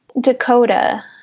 Dakota